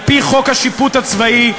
על-פי חוק השיפוט הצבאי,